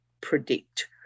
predict